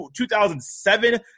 2007 –